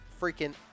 freaking